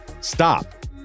stop